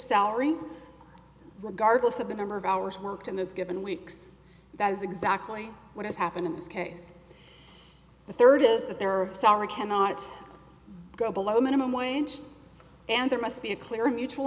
salary regardless of the number of hours worked in those given weeks that is exactly what has happened in this case the third is that there are sorry cannot go below minimum wage and there must be a clear mutual